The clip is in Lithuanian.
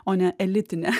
o ne elitinė